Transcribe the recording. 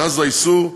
מאז האיסור,